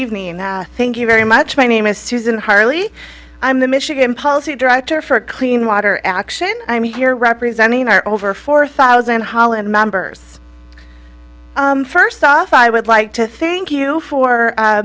evening thank you very much my name is susan harley i'm the michigan policy director for clean water action i'm here representing our over four thousand holland members first off i would like to thank you for